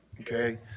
Okay